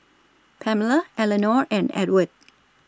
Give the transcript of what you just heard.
Pamella Elenore and Edward